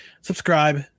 Subscribe